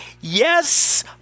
Yes